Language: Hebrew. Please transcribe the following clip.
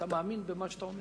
אתה מאמין במה שאתה אומר?